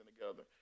together